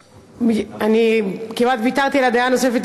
אני כמעט ויתרתי על הדעה הנוספת,